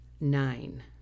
nine